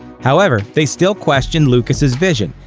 however, they still questioned lucas' vision,